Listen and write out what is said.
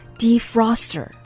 defroster